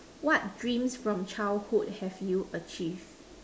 what dreams from childhood have you achieved